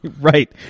right